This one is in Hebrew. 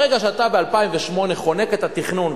ברגע שאתה ב-2008 חונק את התכנון,